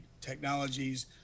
technologies